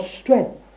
strength